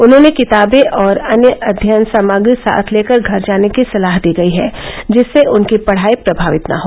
उन्हें किताबें और अन्य अध्ययन सामग्री साथ लेकर घर जाने की सलाह दी गयी है जिससे उनकी पढ़ाई प्रभावित न हो